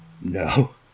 no